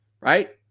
right